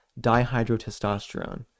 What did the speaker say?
dihydrotestosterone